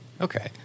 Okay